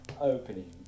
opening